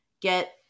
get